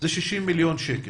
הוא 60 מיליון שקל.